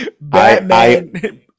Batman